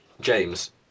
James